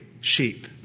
sheep